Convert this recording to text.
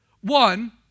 One